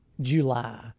July